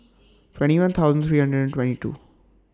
twenty one thousand three hundred and twenty two